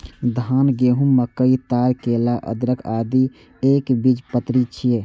धान, गहूम, मकई, ताड़, केला, अदरक, आदि एकबीजपत्री छियै